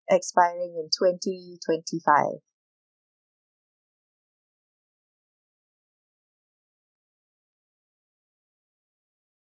expiring in twenty twenty five